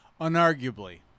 Unarguably